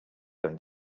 going